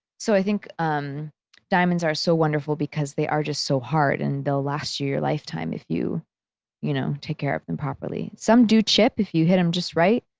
so i think um diamonds are so wonderful because they are just so hard and they'll last you your lifetime if you you know take care of them properly. some do chip if you hit them just right,